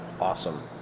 Awesome